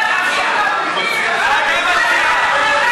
מה אתה מציע?